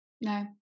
no